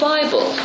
Bible